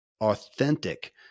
authentic